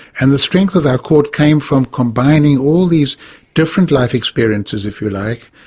and the strength of our court came from combining all these different life experiences, if you like,